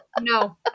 no